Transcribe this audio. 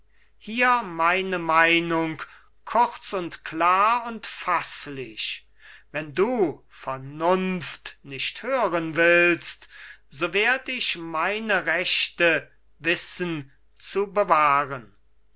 hier meine meinung kurz und klar und faßlich wenn du vernunft nicht hören willst so werd ich meine rechte wissen zu bewahren